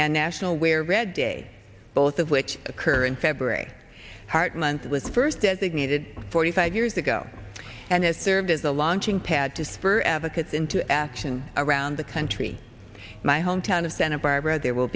and national wear red day both of which occur in february heart month was first designated forty five years ago and has served as a launching pad to spur advocates into action around the country my hometown of santa barbara there will